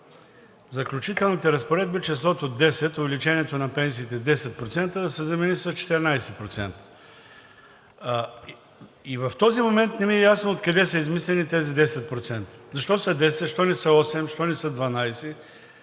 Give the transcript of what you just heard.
Заключителните разпоредби, е числото 10 – увеличението на пенсиите с 10%, да се замени с 14%. И в този момент не ми е ясно откъде са измислени тези 10%. Защо са 10, а не са 8, защо не са 12?